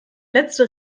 letzte